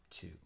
two